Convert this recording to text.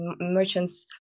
Merchants